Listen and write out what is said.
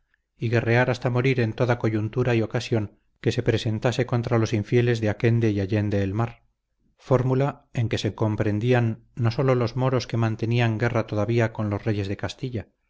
y guerrear hasta morir en toda coyuntura y ocasión que se presentase contra los infieles de aquende y allende el mar fórmula en que se comprendían no sólo los moros que mantenían guerra todavía con los reyes de castilla